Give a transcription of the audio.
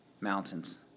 Mountains